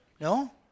No